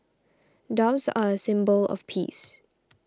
doves are a symbol of peace